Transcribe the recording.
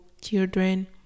children